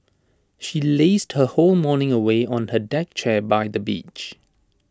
she lazed her whole morning away on her deck chair by the beach